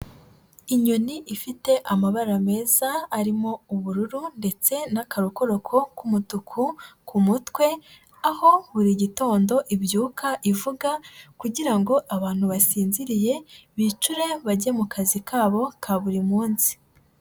Inyoni ifite amabara meza arimo ubururu ndetse n'akarokoroko k'umutuku ku mutwe, aho buri gitondo ibyuka ivuga kugira ngo abantu basinziriye bicure bajye mu kazi kabo ka buri munsi.